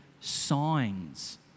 signs